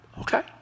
Okay